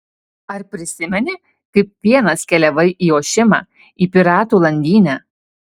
ar prisimeni kaip vienas keliavai į ošimą į piratų landynę